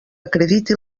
acreditin